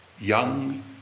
young